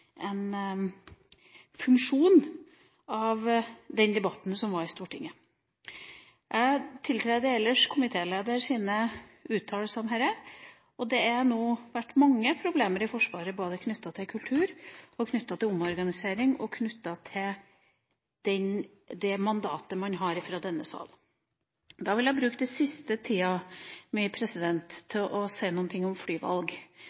en funksjon av den debatten som var i Stortinget. Jeg tiltrer ellers komitéleders uttalelser om dette – og det har nå vært mange problemer i Forsvaret knyttet både til kultur, til omorganisering og til det mandatet man har fra denne sal. Da vil jeg bruke siste del av min taletid til å si noe om flyvalg.